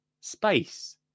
space